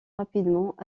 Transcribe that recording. rapidement